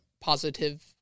positive